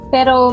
Pero